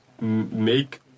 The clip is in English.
make